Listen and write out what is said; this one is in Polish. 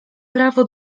prawo